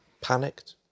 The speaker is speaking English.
Panicked